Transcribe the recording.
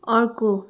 अर्को